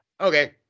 okay